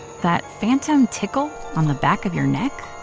that phantom tickle on the back of your neck?